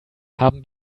haben